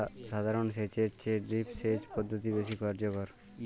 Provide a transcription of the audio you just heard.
সাধারণ সেচ এর চেয়ে ড্রিপ সেচ পদ্ধতি বেশি কার্যকর